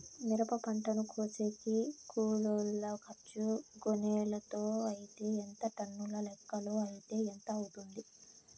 మిరప పంటను కోసేకి కూలోల్ల ఖర్చు గోనెలతో అయితే ఎంత టన్నుల లెక్కలో అయితే ఎంత అవుతుంది?